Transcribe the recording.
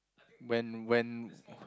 when when